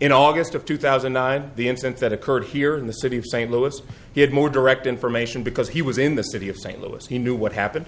in august of two thousand and nine the incident that occurred here in the city of st louis he had more direct information because he was in the city of st louis he knew what happened